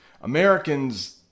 Americans